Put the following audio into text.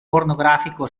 pornografico